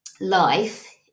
life